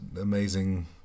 amazing